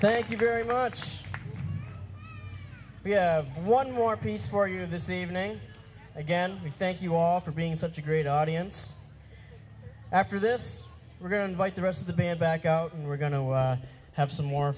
thank you very much we have one more piece for you this evening again we thank you all for being such a great audience after this we're going by the rest of the man back out and we're going to have some more